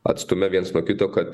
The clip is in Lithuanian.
atstume viens nuo kito kad